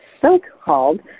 so-called